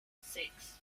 six